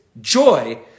joy